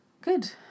Good